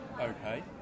Okay